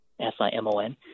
S-I-M-O-N